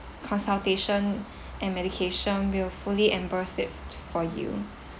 consultation and medication we will fully reimburse it for you